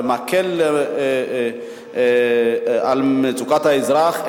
זה מקל את מצוקת האזרח,